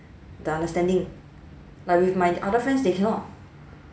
the understanding like with my other friends they cannot